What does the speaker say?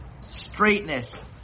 straightness